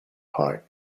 heart